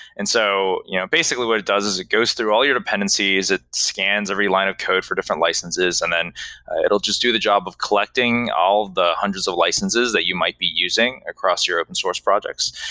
and so you know basically, what it does is it goes through all your dependencies, it scans every line of code for different licenses and then it will just do the job of collecting all of the hundreds of licenses that you might be using across your open source projects.